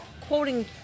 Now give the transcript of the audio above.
quoting